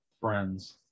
friends